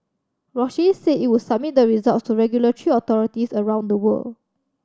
Roche said it would submit the results to regulatory authorities around the world